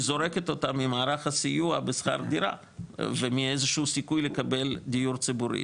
זורקת אותה ממערך הסיוע בשכר דירה ומאיזשהו סיכוי לקבל דיור ציבורי.